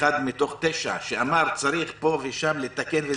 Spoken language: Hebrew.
שאחד מתוך תשע שאמר צריך פה ושם לתקן,